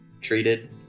treated